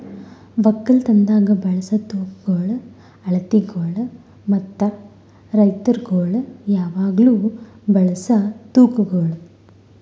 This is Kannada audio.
ಒಕ್ಕಲತನದಾಗ್ ಬಳಸ ತೂಕಗೊಳ್, ಅಳತಿಗೊಳ್ ಮತ್ತ ರೈತುರಗೊಳ್ ಯಾವಾಗ್ಲೂ ಬಳಸ ತೂಕಗೊಳ್